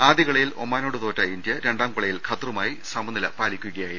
ആദ്യ കളിയിൽ ഒമാനോട് തോറ്റ ഇന്ത്യ രണ്ടാം കളി യിൽ ഖത്തറുമായി സമനില പാലിക്കുകയായിരുന്നു